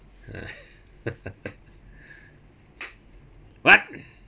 what